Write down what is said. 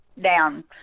down